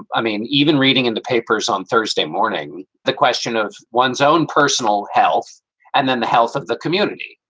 i mean, even reading in the papers on thursday morning, the question of one's own personal health and then the health of the community.